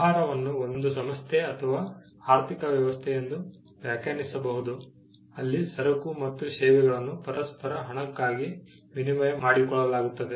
ವ್ಯವಹಾರವನ್ನು ಒಂದು ಸಂಸ್ಥೆ ಅಥವಾ ಆರ್ಥಿಕ ವ್ಯವಸ್ಥೆ ಎಂದು ವ್ಯಾಖ್ಯಾನಿಸಬಹುದು ಅಲ್ಲಿ ಸರಕು ಮತ್ತು ಸೇವೆಗಳನ್ನು ಪರಸ್ಪರ ಹಣಕ್ಕಾಗಿ ವಿನಿಮಯ ಮಾಡಿಕೊಳ್ಳಲಾಗುತ್ತದೆ